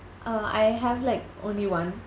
uh I have like only one